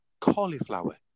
cauliflower